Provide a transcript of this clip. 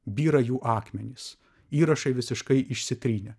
byra jų akmenys įrašai visiškai išsitrynę